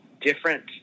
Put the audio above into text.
different